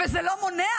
וזה לא מונע,